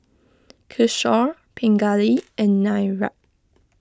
Kishore Pingali and Niraj